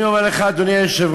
אני אומר לך, אדוני היושב-ראש,